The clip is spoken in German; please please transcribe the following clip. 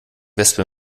wespe